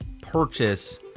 purchase